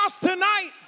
tonight